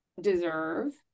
deserve